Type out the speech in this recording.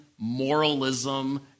moralism